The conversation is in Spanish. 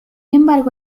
embargo